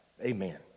amen